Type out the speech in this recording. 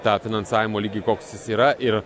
tą finansavimo lygį koks jis yra ir